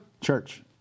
Church